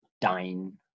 dine